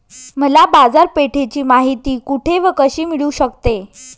मला बाजारपेठेची माहिती कुठे व कशी मिळू शकते?